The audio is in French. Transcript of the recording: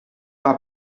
pas